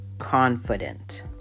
confident